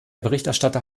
berichterstatter